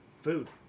Food